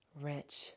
rich